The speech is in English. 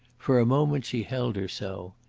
for a moment she held her so.